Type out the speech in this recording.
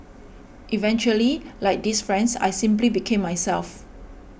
eventually like these friends I simply became myself